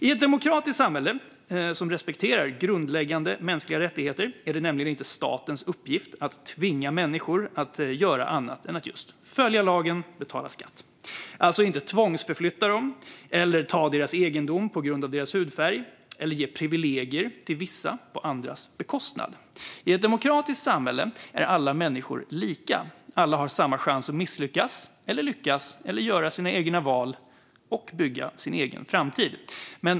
I ett demokratiskt samhälle som respekterar grundläggande mänskliga rättigheter är det nämligen inte statens uppgift att tvinga människor att göra annat än att just följa lagen och betala skatt. Staten ska alltså inte tvångsförflytta dem eller ta deras egendom på grund av deras hudfärg eller ge privilegier till vissa på andras bekostnad. I ett demokratiskt samhälle är alla människor lika. Alla har samma chans att misslyckas, lyckas, göra sina egna val och bygga sin egen framtid.